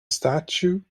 statue